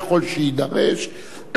ככל שיידרש.